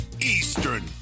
Eastern